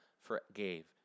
forgave